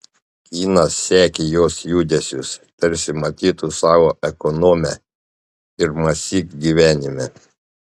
kynas sekė jos judesius tarsi matytų savo ekonomę pirmąsyk gyvenime